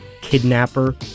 kidnapper